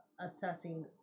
assessing